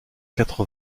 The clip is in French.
quatre